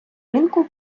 ринку